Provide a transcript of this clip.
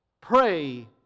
Pray